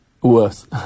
Worse